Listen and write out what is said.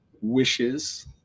wishes